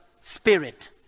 spirit